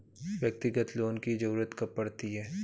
व्यक्तिगत लोन की ज़रूरत कब पड़ती है?